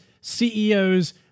CEOs